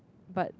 but